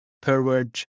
per-word